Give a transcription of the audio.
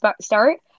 start